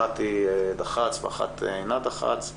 אחת היא דירקטורית חיצונית ואחת אינה דירקטורית חיצונית.